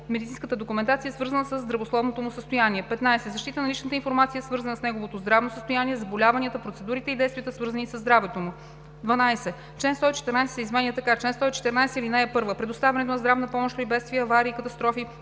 медицинската документация, свързана със здравословното му състояние; 15. защита на личната информация, свързана с неговото здравно състояние, заболяванията, процедурите и действията, свързани със здравето му. 12. Чл. 114 се изменя така: „Чл. 114 (1) Предоставянето на здравна помощ при бедствия, аварии и катастрофи,